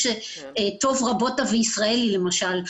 ישTov Rabota V'Israeli למשל,